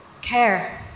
care